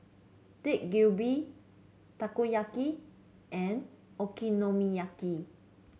Dak Galbi Takoyaki and Okonomiyaki